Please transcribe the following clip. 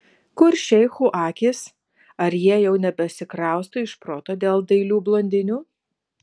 kur šeichų akys ar jie jau nebesikrausto iš proto dėl dailių blondinių